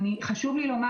חשוב לי לומר